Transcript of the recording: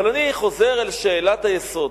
אבל אני חוזר אל שאלת היסוד,